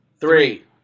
three